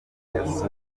muhanzikazi